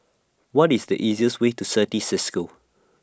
What IS The easiest Way to Certis CISCO